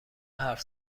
حرف